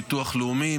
ביטוח לאומי,